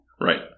Right